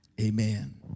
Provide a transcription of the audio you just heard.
Amen